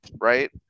right